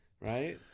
right